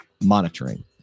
monitoring